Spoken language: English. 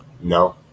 No